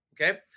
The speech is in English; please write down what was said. Okay